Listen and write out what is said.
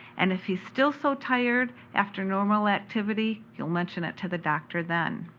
and if he's still so tired after normal activity, he'll mention it to the doctor then.